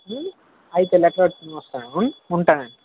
అయితే లెటర్ ఎత్తుకుని వస్తాను ఉంటానండి